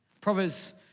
Proverbs